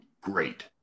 great